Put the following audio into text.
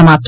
समाप्त